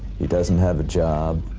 he doesn't have a job.